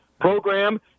program